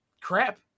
crap